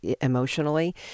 emotionally